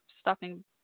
stopping